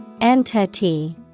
Entity